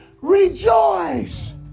Rejoice